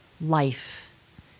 life